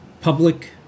public